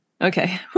okay